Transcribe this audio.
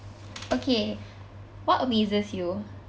okay what amazes you